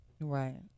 Right